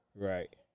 right